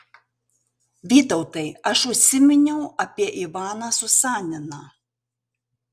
vytautai aš užsiminiau apie ivaną susaniną